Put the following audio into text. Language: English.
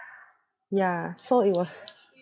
ya so it was